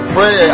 Pray